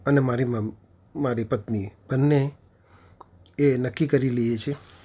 અને મારી મમ્ મારી પત્ની બંને એ નક્કી કરી લઈએ છીએ